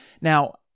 Now